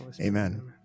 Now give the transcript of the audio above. Amen